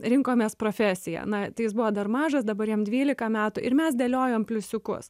rinkomės profesiją na tai jis buvo dar mažas dabar jam dvylika metų ir mes dėliojom pliusiukus